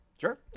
Sure